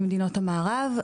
ממדינות המערב,